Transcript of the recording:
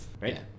right